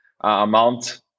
amount